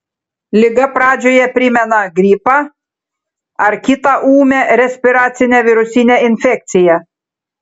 liga pradžioje primena gripą ar kitą ūmią respiracinę virusinę infekciją